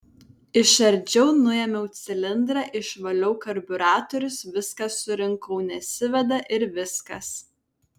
išardžiau nuėmiau cilindrą išvaliau karbiuratorius viską surinkau nesiveda ir viskas